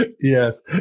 Yes